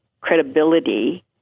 credibility